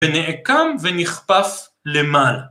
‫ונעקם ונכפף למעלה.